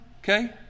okay